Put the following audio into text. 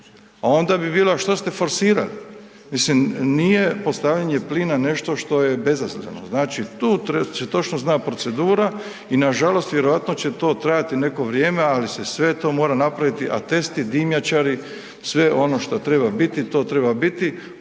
onda bi bilo što ste forsirali. Mislim, nije postavljanje plina nešto što je bezazleno. Znači, tu se točno zna procedura i nažalost vjerojatno će to trajati neko vrijeme, ali se sve to mora napraviti, atesti, dimnjačari, sve ono što treba biti, to treba biti.